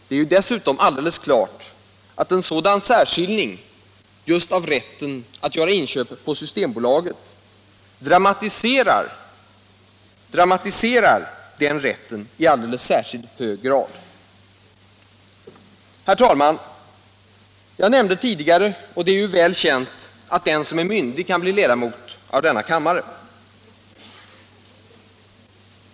Det är dessutom alldeles klart att en sådan särskiljning just av rätten att göra inköp på systembolaget dramatiserar den rätten i alldeles särskilt hög grad. Herr talman! Jag nämnde tidigare, och det är ju väl känt, att den — Nr 117 som är myndig kan bli ledamot av denna kammare.